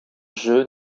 jeu